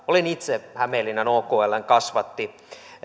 olin itse hämeenlinnan okln kasvatti